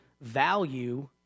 value